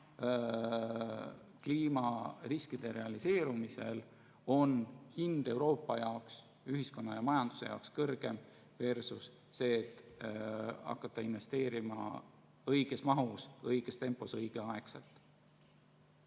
kliimariskide realiseerumisel on hind Euroopa, ühiskonna ja majanduse jaoks kõrgem kui siis, kui hakata investeerima õiges mahus, õiges tempos, õigel ajal.